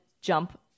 jump